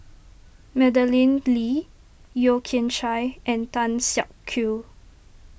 Madeleine Lee Yeo Kian Chye and Tan Siak Kew